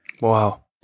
Wow